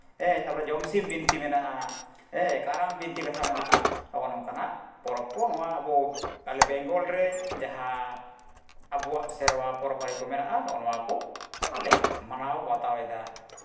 ᱦᱮᱸ ᱛᱟᱨᱯᱚᱨᱮ ᱡᱚᱢᱥᱤᱢ ᱵᱤᱱᱛᱤ ᱢᱮᱱᱟᱜᱼᱟ ᱦᱮᱸ ᱠᱟᱨᱟᱢ ᱵᱤᱱᱛᱤ ᱠᱟᱛᱷᱟ ᱢᱮᱱᱟᱜᱼᱟ ᱱᱚᱜ ᱱᱚᱝᱠᱟᱱᱟᱜ ᱯᱚᱨᱚᱵᱽ ᱠᱚ ᱟᱵᱚ ᱯᱟᱞᱮ ᱵᱮᱝᱜᱚᱞ ᱨᱮ ᱡᱟᱦᱟᱸ ᱟᱵᱚᱣᱟᱜ ᱥᱮᱨᱶᱟ ᱯᱚᱨᱚᱵᱽᱼᱯᱟᱹᱞᱤ ᱠᱚ ᱢᱮᱱᱟᱜᱼᱟ ᱱᱚᱜᱼᱚ ᱱᱚᱣᱟ ᱠᱚᱞᱮ ᱢᱟᱱᱟᱣ ᱵᱟᱛᱟᱣ ᱮᱫᱟ